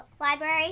library